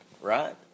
right